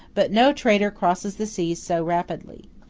but no trader crosses the seas so rapidly.